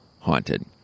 haunted